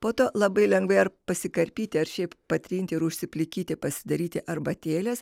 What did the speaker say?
po to labai lengvai ar pasikarpyti ar šiaip patrinti ir užsiplikyti pasidaryti arbatėlės